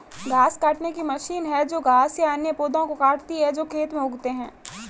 घास काटने की मशीन है जो घास या अन्य पौधों को काटती है जो खेत में उगते हैं